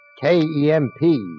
K-E-M-P